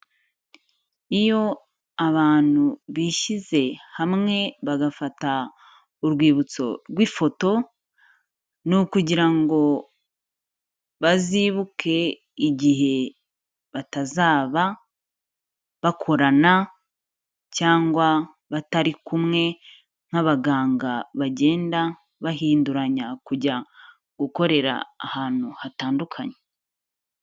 Iyo abantu bishyize hamwe bagafata urwibutso rw'ifoto, ni ukugira ngo bazibuke igihe batazaba bakorana cyangwa batari kumwe nk'abaganga bagenda bahinduranya kujya gukorera ahantu hatandukanye.